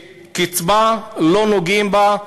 שקצבה, לא נוגעים בה,